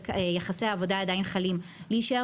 ויחסי העבודה עדיין חלים יש זכות להישאר